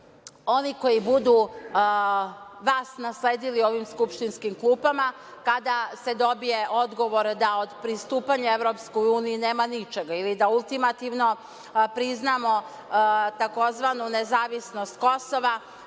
oni koji budu vas nasledili u ovim skupštinskim klupama, kada se dobije odgovor da od pristupanja EU nema ničega ili da ultimativno priznamo tzv. nezavisnost Kosova,